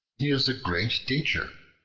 he is a great teacher,